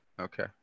Okay